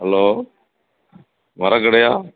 hello மரக்கடையா